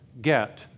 get